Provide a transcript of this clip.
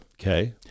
Okay